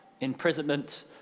imprisonment